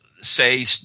say